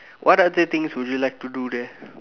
what other things would you like to do there